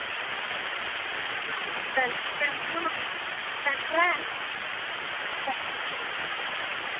pencil हैन